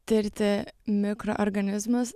tirti mikroorganizmus